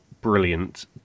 brilliant